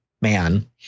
man